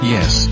Yes